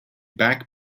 back